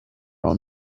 own